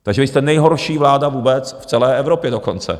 Takže vy jste nejhorší vláda vůbec v celé Evropě dokonce.